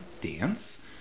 dance